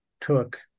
took